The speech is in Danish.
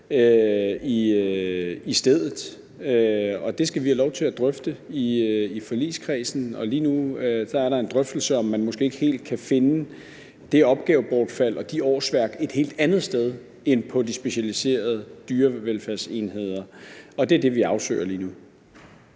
i stedet. Det skal vi have lov til at drøfte i forligskredsen, og lige nu er der en drøftelse af, om man måske ikke helt kan finde det opgavebortfald og de årsværk et helt andet sted end på de specialiserede dyrevelfærdsenheder. Det er det, vi afsøger lige nu.